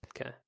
Okay